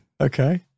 Okay